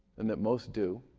and that most do.